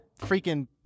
freaking